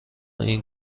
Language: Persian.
این